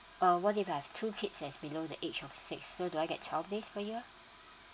uh what if I have two kids as below the age of six so do I get twelve days per year